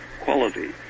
quality